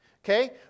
Okay